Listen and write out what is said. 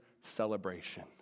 celebration